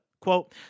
quote